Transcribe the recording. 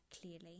clearly